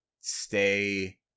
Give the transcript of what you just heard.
stay